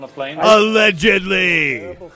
Allegedly